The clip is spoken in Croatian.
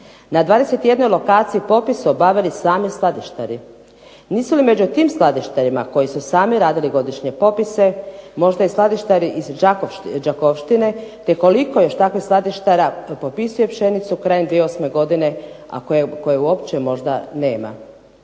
Na 21 lokaciji popis su obavili sami skladištari. Nisu li među tim skladištarima koji su sami radili godišnje popise možda i skladištari iz Đakovštine te koliko je još takvih skladištara popisuje pšenicu krajem 2008. godine a koje uopće možda nema,